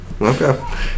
Okay